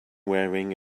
wearing